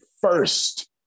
first